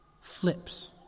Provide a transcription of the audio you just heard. flips